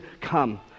come